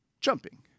jumping